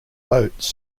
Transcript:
boats